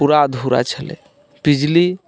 पूरा अधूरा छेलै बिजली